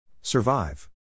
Survive